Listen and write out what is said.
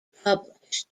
published